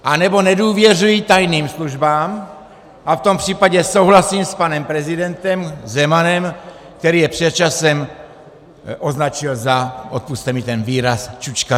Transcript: Anebo nedůvěřuji tajným službám a v tom případě souhlasím s panem prezidentem Zemanem, který je před časem označil za odpusťte mi ten výraz čučkaře.